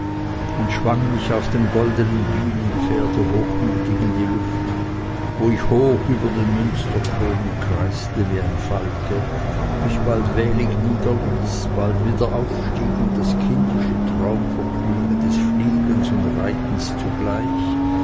und schwang mich auf dem goldenen bienenpferde hochmütig in die luft wo ich hoch den münsterkronen kreiste wie ein falke mich bald wählig niederließ bald wieder aufstieg und das kindische traumvergnügen des fliegens und reitens zugleich